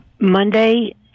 Monday